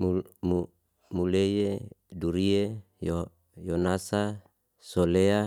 Mu- mu muleye, duriye, yo- yonasa, solea,